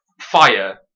fire